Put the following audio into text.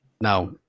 Now